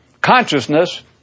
consciousness